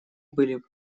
были